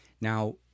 Now